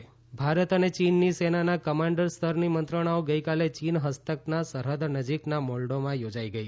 ચીન ભારત મંત્રણા ભારત અને ચીનની સેનાના કમાન્ડર સ્તરની મંત્રણાઓ ગઈકાલે ચીન ફસ્તકના સરહદ નજીકના મોલ્ડોમાં યોજાઈ ગઈ